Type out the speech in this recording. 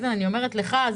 אני אומרת לוויקטור וייס,